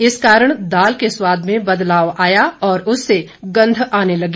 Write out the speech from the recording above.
इस कारण दाल के स्वाद में बदलाव आया और उससे गंध आने लगी